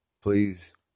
Please